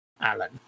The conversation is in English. Alan